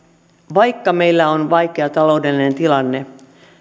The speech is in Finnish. vaikka meillä on vaikea taloudellinen tilanne